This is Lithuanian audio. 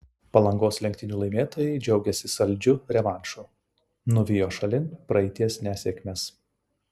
palangos lenktynių laimėtojai džiaugiasi saldžiu revanšu nuvijo šalin praeities nesėkmes